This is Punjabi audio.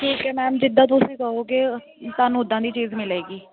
ਠੀਕ ਹੈ ਮੈਮ ਜਿੱਦਾਂ ਤੁਸੀਂ ਕਹੋਗੇ ਤੁਹਾਨੂੰ ਉੱਦਾਂ ਦੀ ਚੀਜ਼ ਮਿਲੇਗੀ